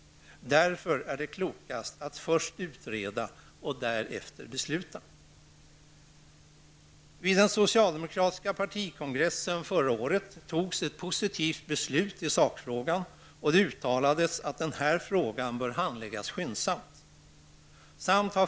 Därför är det klokast att först utreda och att därefter besluta. Vid den socialdemokratiska partikongressen förra året fattades ett positvt beslut i sakfrågan. Det uttalades också att den här frågan bör handläggas skyndsamt.